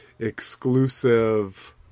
Exclusive